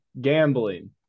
Gambling